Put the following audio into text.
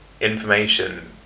information